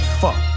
fuck